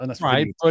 Right